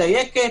מדי יום,